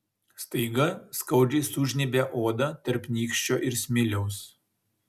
staiga skaudžiai sužnybia odą tarp nykščio ir smiliaus